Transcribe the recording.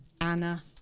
Anna